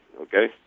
Okay